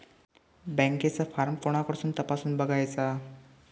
बँकेचो फार्म कोणाकडसून तपासूच बगायचा?